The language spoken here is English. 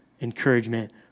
encouragement